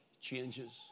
changes